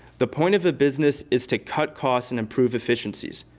the point of a business is to cut costs and improve efficiencies.